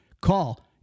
Call